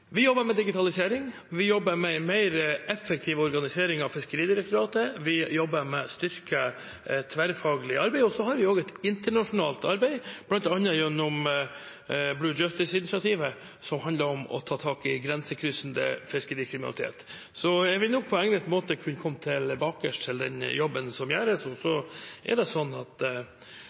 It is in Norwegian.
Vi jobber med digitalisering. Vi jobber med en mer effektiv organisering av Fiskeridirektoratet. Vi jobber med å styrke det tverrfaglige arbeidet, og så har vi også et internasjonalt arbeid, bl.a. gjennom Blue Justice-initiativet, som handler om å ta tak i grensekryssende fiskerikriminalitet. Jeg vil nok på egnet måte kunne komme tilbake til den jobben som gjøres. Så er det sånn at